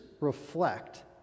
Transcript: reflect